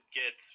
get